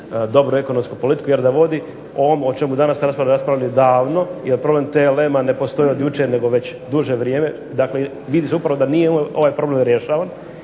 dobru ekonomsku politiku, jer da vodi, ovo o čemu danas raspravljamo raspravili bi davno, jer problem TLM-a ne postoji od jučer, nego već duže vrijeme, dakle vidi se upravo da ovaj problem nije rješavan.